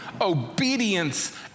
obedience